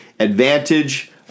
Advantage